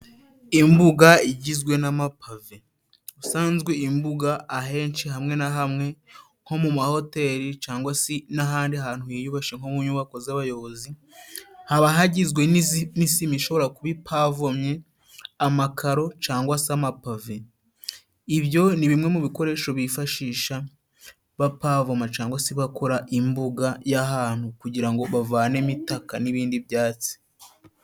Imbuga, igizwe n'amapave. Ubusanzwe, imbuga ahenshi hamwe na hamwe, nko mu mahoteli, cangwa si n'ahandi hantu hiyubashye, nko mu nyubako z'abayobozi, haba hagizwe n'isima, ishobora kuba ipavomye amakaro, cangwa se amapave. Ibyo ni bimwe mu bikoresho bifashisha, bapavoma cangwa si bakora imbuga y'ahantu, kugira ngo bavanemo itaka n'ibindi byatsi.